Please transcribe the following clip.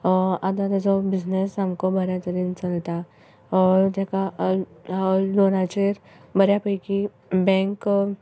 आतां तेचो बिजनेस सामको बऱ्या तरेन चलता तेका लोनाचेर बऱ्या पैकी बँक